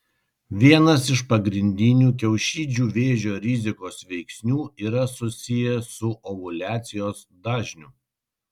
vienas iš pagrindinių kiaušidžių vėžio rizikos veiksnių yra susijęs su ovuliacijos dažniu